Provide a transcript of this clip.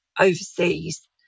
overseas